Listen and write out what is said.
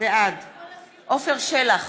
בעד עפר שלח,